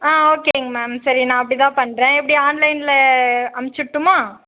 ஆ ஓகேங்க மேம் சரி நான் அப்படி தான் பண்ணுறேன் எப்படி ஆன்லைனில் அமிச்சிட்டுமா